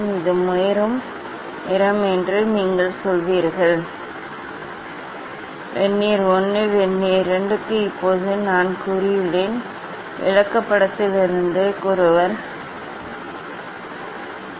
இது மீறும் நிறம் என்று நீங்கள் சொல்வீர்கள் வெர்னியர் 1 வெர்னியர் 2 க்கு இப்போது நான் கூறியுள்ளேன் விளக்கப்படத்திலிருந்து ஒருவர் கண்டுபிடிக்க வேண்டிய அலைநீளம் என்ன